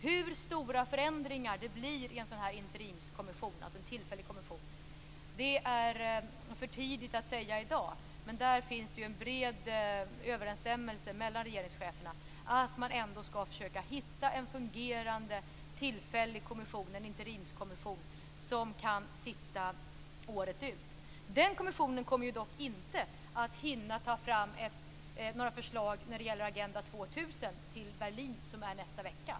Hur stora förändringar det blir i en sådan här interimskommission, alltså en tillfällig kommission, är det för tidigt att säga i dag. Men det finns en bred överensstämmelse mellan regeringscheferna om att man ändå skall försöka hitta en fungerande tillfällig kommission, en interimskommission, som kan sitta året ut. Den kommissionen kommer dock inte att hinna ta fram några förslag när det gäller Agenda 2000 till Berlinmötet, som äger rum nästa vecka.